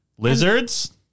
lizards